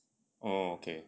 orh okay